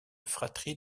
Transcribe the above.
fratrie